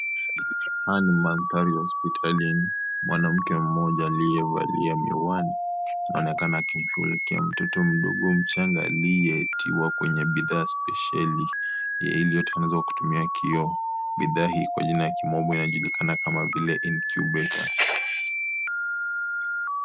Haya ni mandhari ya hospitalini. Mwanamke mmoja , aliyevalia miwani anaonekana akimfunikia mtoto mdogo mchanga aliyetiwa kwenye bidhaa spesheli liyotengenezwa kutumia kioo. Bidhaa hii kwa jina ya kimombo inajulikana kama vile Incubator .